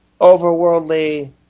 overworldly